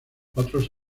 otros